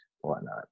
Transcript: whatnot